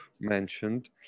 mentioned